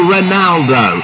Ronaldo